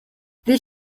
this